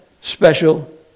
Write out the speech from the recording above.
special